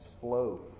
Flow